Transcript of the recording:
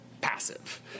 passive